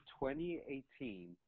2018